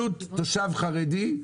עלות תושב חרדי,